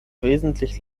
wesentlich